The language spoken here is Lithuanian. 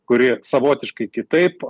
kuri savotiškai kitaip